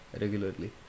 regularly